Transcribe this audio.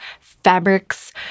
fabrics